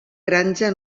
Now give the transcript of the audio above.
granja